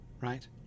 right